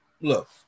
look